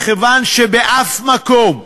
מכיוון שבאף מקום,